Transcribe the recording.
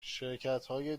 شرکتهای